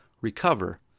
Recover